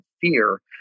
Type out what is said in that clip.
fear